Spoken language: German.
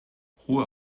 ruhe